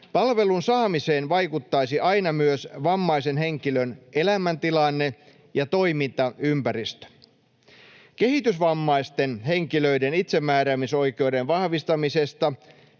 Palvelun saamiseen vaikuttaisivat aina myös vammaisen henkilön elämäntilanne ja toimintaympäristö. Kehitysvammaisten henkilöiden itsemääräämisoikeuden vahvistamisesta,